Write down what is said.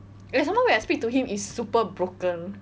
and some more when I speak to him it's super broken